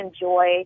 enjoy